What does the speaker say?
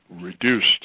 reduced